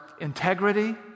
integrity